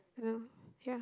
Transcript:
I know yeah